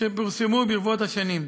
שפורסמו ברבות השנים.